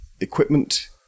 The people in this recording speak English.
equipment